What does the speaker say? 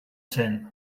zen